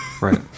Right